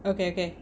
okay okay